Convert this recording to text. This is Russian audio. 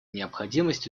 необходимость